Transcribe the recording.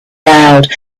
loud